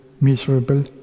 miserable